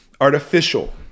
artificial